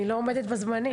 היא לא עומדת בזמנים.